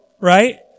right